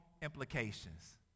implications